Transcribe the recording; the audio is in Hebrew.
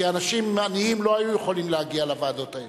כי אנשים עניים לא היו יכולים להגיע לוועדות האלה.